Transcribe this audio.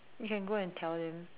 you can go and tell them